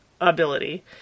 ability